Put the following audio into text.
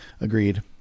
Agreed